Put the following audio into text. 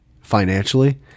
financially